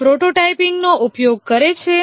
તે પ્રોટોટાઇપિંગનો ઉપયોગ કરે છે